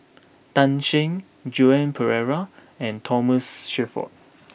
Tan Shen Joan Pereira and Thomas Shelford